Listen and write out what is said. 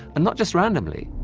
and not just randomly.